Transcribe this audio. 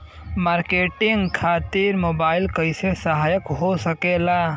Marketing खातिर mobile कइसे सहायक हो सकेला?